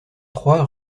trois